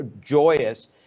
joyous